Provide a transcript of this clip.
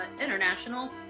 international